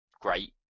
great